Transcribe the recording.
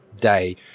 day